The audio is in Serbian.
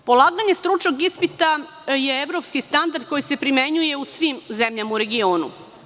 Polaganje stručnog ispita je evropski standard koji se primenjuje u svim zemljama u regionu.